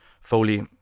Foley